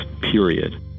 period